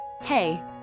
Hey